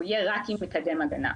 שהוא יהיה רק עם מקדם הגנה,